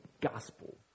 gospel